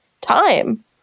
time